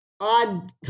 odd